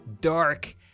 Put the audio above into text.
dark